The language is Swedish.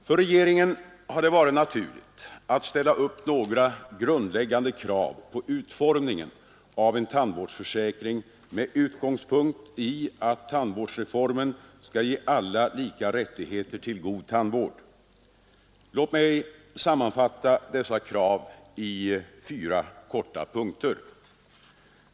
För regeringen har det varit naturligt att ställa upp några grundläggande krav på utformningen av en tandvårdsförsäkring med utgångspunkt i att tandvårdsreformen skall ge alla lika rättigheter till god tandvård. Låt mig sammanfatta dessa krav i fyra korta punkter.